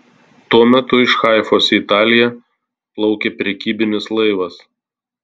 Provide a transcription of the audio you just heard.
tuo metu iš haifos į italiją plaukė prekybinis laivas